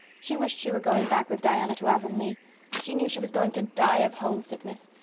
she wished she were going back with diana to avonlea she knew she was going to die of homesickness.